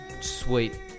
sweet